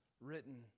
written